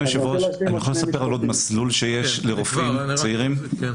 אני רוצה להשלים עוד שני משפטים.